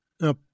Now